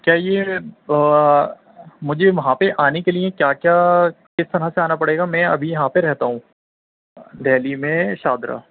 چلیے مجھے وہاں پہ آنے کے لیے کیا کیا کس طرح سے آنا پڑے گا میں ابھی یہاں پہ رہتا ہوں ڈلہی میں شاہدرہ